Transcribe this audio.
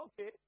okay